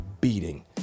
beating